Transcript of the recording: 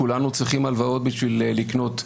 כולנו צריכים הלוואות בשביל לקנות דירה,